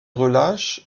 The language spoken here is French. relâche